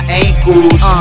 ankles